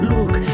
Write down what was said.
Look